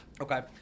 okay